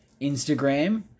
Instagram